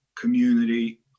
community